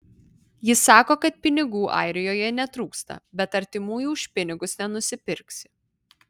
ji sako kad pinigų airijoje netrūksta bet artimųjų už pinigus nenusipirksi